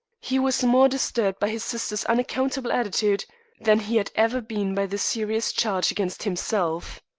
he was more disturbed by his sister's unaccountable attitude than he had ever been by the serious charge against himself.